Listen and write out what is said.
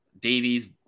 Davies